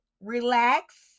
relax